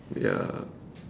ya